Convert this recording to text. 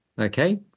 Okay